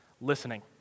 Listening